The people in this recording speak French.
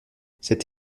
cette